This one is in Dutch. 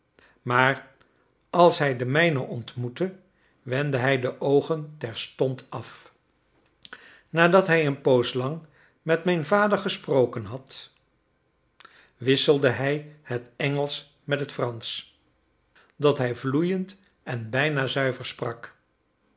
maar als hij den mijnen ontmoette wendde hij de oogen terstond af nadat hij een poos lang met mijn vader gesproken had wisselde hij het engelsch met het fransch dat hij vloeiend en bijna zuiver sprak